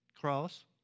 cross